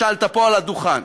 שאלת פה על הדוכן,